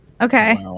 okay